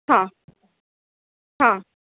हां हां